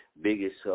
biggest